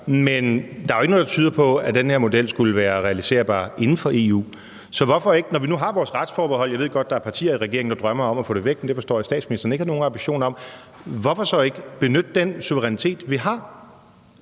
Men der er jo ikke noget, der tyder på, at den her model skulle være realiserbar inden for EU. Så når vi nu har vores retsforbehold – jeg ved godt, der er partier i regeringen, der drømmer om at få det væk, men det forstår jeg at statsministeren ikke har nogen ambition om – hvorfor så ikke benytte den suverænitet, vi har?